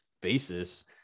basis